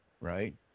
right